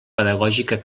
pedagògica